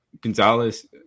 Gonzalez